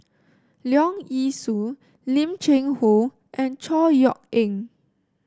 Leong Yee Soo Lim Cheng Hoe and Chor Yeok Eng